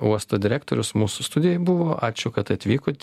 uosto direktorius mūsų studijoj buvo ačiū kad atvykot